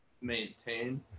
maintain